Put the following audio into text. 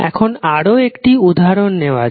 এখন আরও একটি উদাহরন নেওয়া যাক